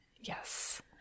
Yes